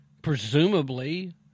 presumably